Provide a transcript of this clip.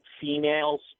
females